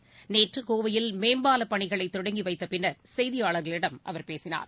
துறைஅமைச்சர் நேற்றுகோவையில் மேம்பாலம் பணிகளைதொடங்கிவைத்தபின்னா் செய்தியாளர்களிடம் அவர் பேசினார்